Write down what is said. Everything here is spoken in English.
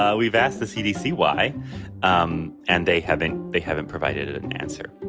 ah we've asked the cdc why um and they haven't they haven't provided an answer